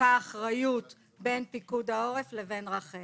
וחולקה אחריות בין פיקוד העורף לבין רח"ל.